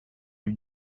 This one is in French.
lui